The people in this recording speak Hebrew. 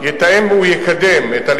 ביום שלישי אף אחד מכם לא פה.